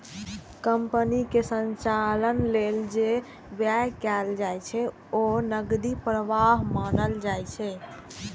कंपनीक संचालन लेल जे व्यय कैल जाइ छै, ओ नकदी प्रवाह मानल जाइ छै